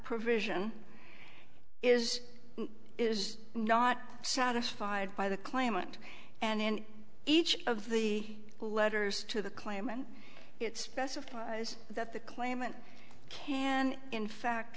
provision is is not satisfied by the claimant and in each of the letters to the claimant it specifies that the claimant can in fact